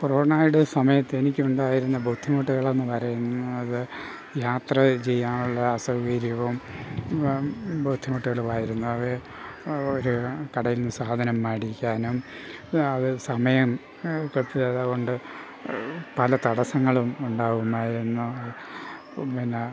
കൊറോണയുടെ സമയത്ത് എനിക്ക് ഉണ്ടായിരുന്ന ബുദ്ധിമുട്ടുകളെന്ന് പറയുന്നത് യാത്ര ചെയ്യാനുള്ള അസൗകര്യവും ബുദ്ധിമുട്ടുകളുമായിരുന്നു അത് ഒരു കടയിൽ നിന്നും സാധനം മേടിക്കാനും അത് സമയം ചിലവുണ്ട് പല തടസ്സങ്ങളും ഉണ്ടാവുമായിരുന്നു പിന്നെ